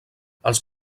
als